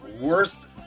worst